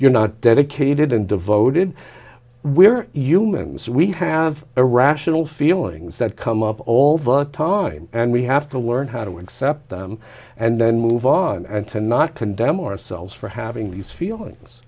you're not dedicated and devoted we're humans we have irrational feelings that come up all the time and we have to learn how to accept them and then move on and to not condemn ourselves for having these feelings